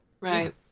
Right